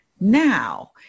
now